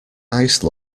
ice